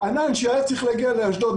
ענן שהיה צריך להגיע לאשדוד,